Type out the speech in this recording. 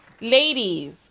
ladies